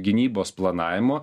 gynybos planavimo